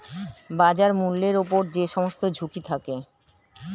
বাজার মূল্যের উপর যে সমস্ত ঝুঁকি থাকে